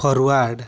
forward